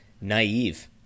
naive